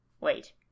wait